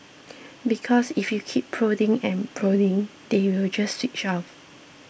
because if you keep prodding and prodding they will just switch off